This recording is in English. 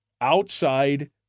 outside